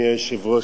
אדוני היושב-ראש,